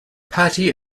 patti